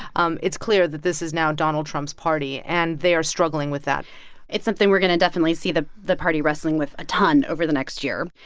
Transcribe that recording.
um it's clear that this is now donald trump's party. and they are struggling with that it's something we're going to definitely see the the party wrestling with a ton over the next year.